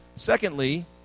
Secondly